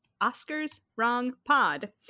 oscarswrongpod